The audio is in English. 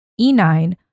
E9